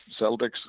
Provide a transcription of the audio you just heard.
Celtics